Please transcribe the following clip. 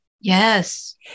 Yes